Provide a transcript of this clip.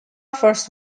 first